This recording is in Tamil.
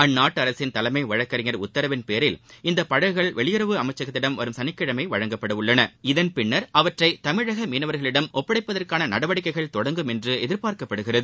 அந்நாட்டு அரசின் தலைமை வழக்கறிஞர் உத்தரவின்பேரில் இந்த படகுகள் வெளியுறவு அமைச்சகத்திடம் வரும் சனிக்கிழமை வழங்கப்பட உள்ளன இதன்பின்னர் அவற்றை மீனவர்களிடம் தொடங்கும் தமிழக ஒப்படைப்பதற்கான நடவடிக்கைகள் என்று எதிர்பார்க்கப்படுகிறது